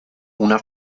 una